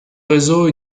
réseau